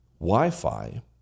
Wi-Fi